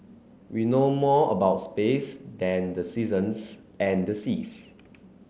we know more about space than the seasons and the seas